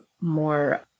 more